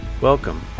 Welcome